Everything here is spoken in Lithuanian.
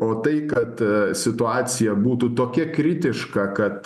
o tai kad situacija būtų tokia kritiška kad